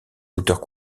auteurs